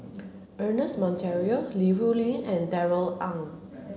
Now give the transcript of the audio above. Ernest Monteiro Li Rulin and Darrell Ang